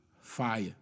Fire